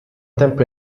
tempo